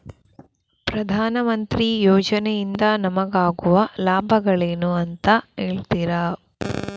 ಪ್ರಧಾನಮಂತ್ರಿ ಯೋಜನೆ ಇಂದ ನಮಗಾಗುವ ಲಾಭಗಳೇನು ಅಂತ ಹೇಳ್ತೀರಾ?